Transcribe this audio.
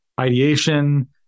ideation